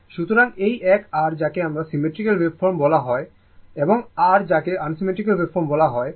সুতরাং এই এক r যাকে সিমেট্রিক্যাল ওয়েভফর্ম বলা হয় এবং r যাকে আনসিমেট্রিক্যাল ওয়েভফর্ম বলা হয়